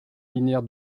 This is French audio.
linéaires